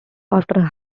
offer